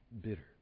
Bitter